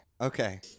Okay